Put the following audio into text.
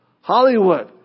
Hollywood